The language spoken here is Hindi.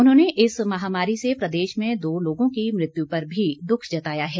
उन्होंने इस महामारी से प्रदेश में दो लोगों की मृत्यु पर भी दुःख जताया है